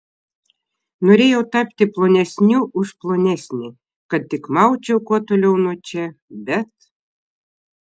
norėjau tapti plonesniu už plonesnį kad tik maučiau kuo toliau nuo čia bet